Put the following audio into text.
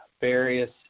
various